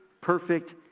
perfect